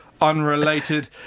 unrelated